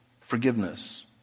forgiveness